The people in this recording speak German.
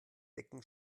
dicken